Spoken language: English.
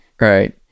Right